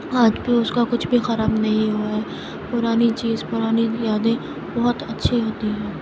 آج بھی اس کا کچھ بھی خراب نہیں ہوا ہے پرانی چیز پرانی یادیں بہت اچھے ہوتی ہیں